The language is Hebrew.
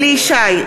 אליהו ישי,